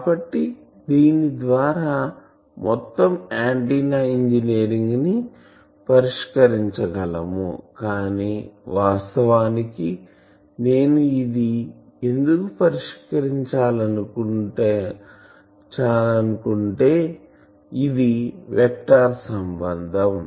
కాబట్టి దీని ద్వారా మొత్తం ఆంటిన్నా ఇంజనీరింగ్ను పరిష్కరించగలము కాని వాస్తవానికి నేను ఇది ఎందుకు పరిష్కరించాలనుకుంటే ఇది వెక్టార్ సంబంధం